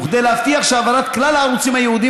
וכדי להבטיח שהעברת כלל הערוצים הייעודיים